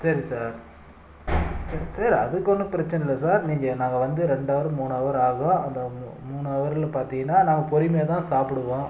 சரி sir sir அதுக்கு ஒன்றும் பிரச்சனை இல்லை சார் நீங்கள் நாங்கள் வந்து ரெண்டு ஹவர் மூணு ஹவர் ஆகும் அந்த மூணு ஹவரில் பார்த்திங்கன்னா நாங்கள் பொறுமையா தான் சாப்பிடுவோம்